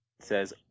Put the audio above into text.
says